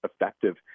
effective